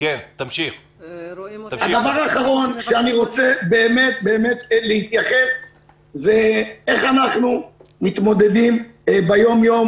הדבר האחרון שאני רוצה להתייחס אליו הוא איך אנחנו מתמודדים ביום-יום